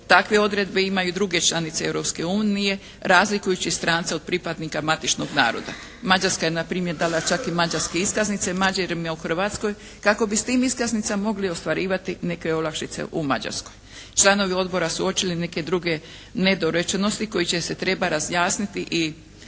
Takve odredbe imaju i druge članice Europske unije, razlikujući stranca od pripadnika matičnog naroda. Mađarska je npr. dala čak i mađarske iskaznice Mađarima u Hrvatskoj kako bi s tim iskaznicama mogli ostvarivati neke olakšice u Mađarskoj. Članovi odbora su uočili neke druge nedorečenosti koje će se treba razjasniti, i